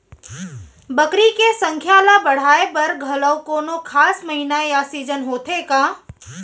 बकरी के संख्या ला बढ़ाए बर घलव कोनो खास महीना या सीजन होथे का?